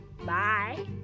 Bye